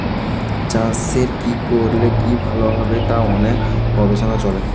চাষের কি করলে কি ভালো হবে তার অনেক গবেষণা চলে